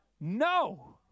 No